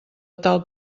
tal